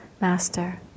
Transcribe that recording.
master